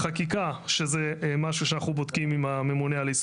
את המוץ מן התבן ואתם לא עונים לי על כך,